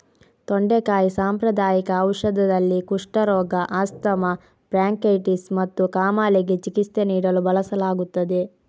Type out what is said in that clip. ತೊಂಡೆಕಾಯಿ ಸಾಂಪ್ರದಾಯಿಕ ಔಷಧದಲ್ಲಿ, ಕುಷ್ಠರೋಗ, ಆಸ್ತಮಾ, ಬ್ರಾಂಕೈಟಿಸ್ ಮತ್ತು ಕಾಮಾಲೆಗೆ ಚಿಕಿತ್ಸೆ ನೀಡಲು ಬಳಸಲಾಗುತ್ತದೆ